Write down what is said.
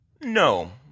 No